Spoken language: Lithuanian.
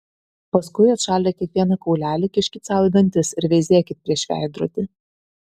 paskui atšaldę kiekvieną kaulelį kiškit sau į dantis ir veizėkit prieš veidrodį